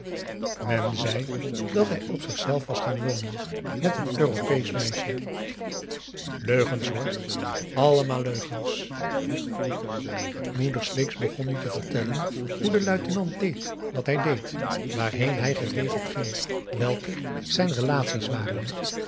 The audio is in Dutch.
men zei dat hij op zichzelf was gaan wonen met een europeesch meisje leugens hoor allemaal leugens moeder sleeks begon nu te vertellen hoe de luitenant deed wat hij deed waarheen hij geregeld ging welke zijn relaties waren